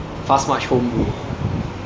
fast march home bro